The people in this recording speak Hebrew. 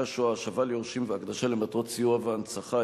השואה (השבה ליורשים והקדשה למטרות סיוע והנצחה),